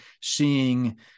seeing